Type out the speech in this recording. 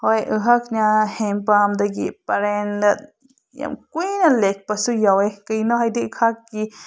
ꯍꯣꯏ ꯑꯩꯍꯥꯛꯅ ꯍꯦꯟꯄꯝꯗꯒꯤ ꯄꯔꯦꯡꯗ ꯌꯥꯝ ꯀꯨꯏꯅ ꯂꯦꯞꯄꯁꯨ ꯌꯥꯎꯋꯦ ꯀꯩꯒꯤꯅꯣ ꯍꯥꯏꯗꯤ ꯑꯩꯍꯥꯛꯀꯤ